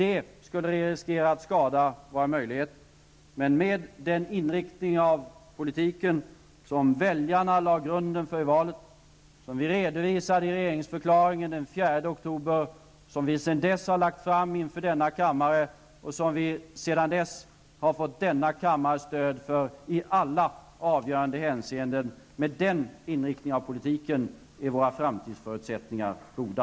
Det skulle riskera att skada våra möjligheter med den inriktning av politiken som väljarna lade grunden för i valet och som vi redovisat i regeringsförklaringen den 4 oktober, som vi sedan dess har lagt fram inför denna kammare och som sedan dess har fått denna kammares stöd i alla avgörande hänseenden. Med den inriktningen av politiken är våra framtidsförutsättningarna goda.